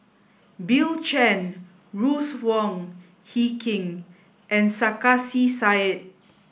Bill Chen Ruth Wong Hie King and Sarkasi Said